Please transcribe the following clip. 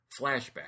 flashback